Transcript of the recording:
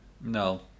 No